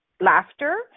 laughter